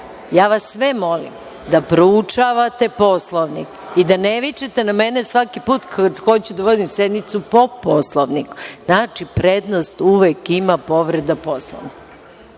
ja vas sve molim da proučavate Poslovnik i da ne vičete na mene svaki put kad hoću da vodim sednicu po Poslovniku. Znači, prednost uvek ima povreda Poslovnika. Molim